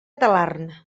talarn